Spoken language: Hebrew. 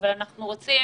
אבל אנחנו רוצים